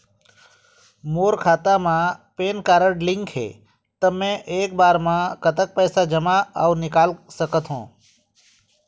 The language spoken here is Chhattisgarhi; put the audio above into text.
मोर खाता मा पेन कारड लिंक हे ता एक बार मा कतक पैसा जमा अऊ निकाल सकथन?